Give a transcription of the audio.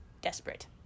desperate